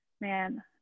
Man